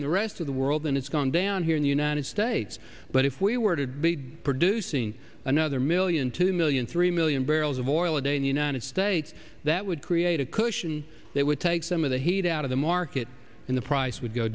in the rest of the world than it's gone down here in the united states but if we were to be producing another million two million three million barrels of oil a day in the united states that would create a cushion that would take some of the heat out of the market and the price would go